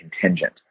contingent